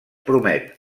promet